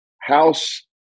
house